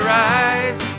rise